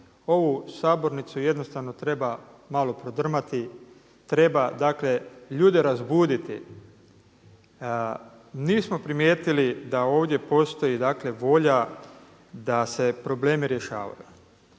ovu sabornicu jednostavno treba malo prodrmati, treba ljude razbuditi. Nismo primijetili da ovdje postoji volja da se problemi rješavaju.